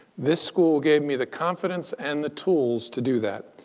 this school gave me the confidence and the tools to do that.